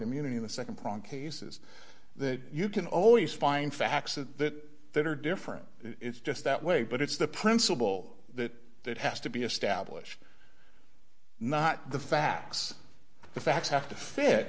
immunity the nd prong cases that you can always find facts that that are different it's just that way but it's the principle that that has to be established not the facts the facts have to fit